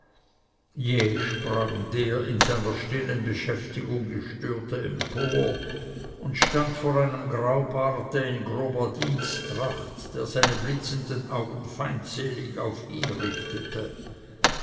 jäh sprang der in seiner stillen beschäftigung gestörte empor und stand vor einem graubarte in grober diensttracht der seine blitzenden augen feindselig auf ihn richtete